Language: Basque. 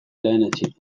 lehenetsi